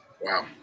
Wow